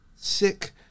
Sick